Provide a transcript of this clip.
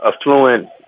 affluent